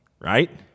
right